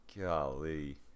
golly